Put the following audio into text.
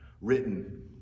written